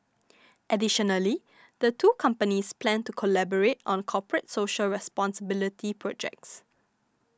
additionally the two companies plan to collaborate on corporate social responsibility projects